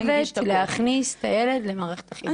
חייבת להכניס את הילד למערכת החינוך.